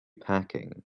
packing